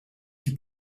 que